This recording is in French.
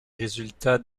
résultats